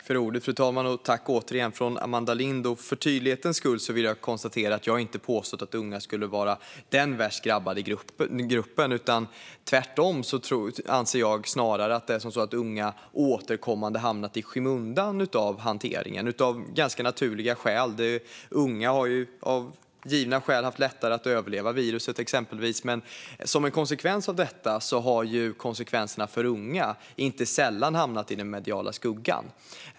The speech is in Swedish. Fru talman! För tydlighets skull vill jag konstatera att jag inte har påstått att unga skulle vara den värst drabbade gruppen. Tvärtom anser jag snarare att unga återkommande hamnat i skymundan i hanteringen, av ganska naturliga skäl. Unga har exempelvis av givna skäl haft lättare att överleva viruset. Men som en följd av detta har konsekvenserna för unga inte sällan hamnat i den mediala skuggan.